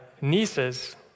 nieces